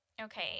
Okay